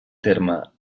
terme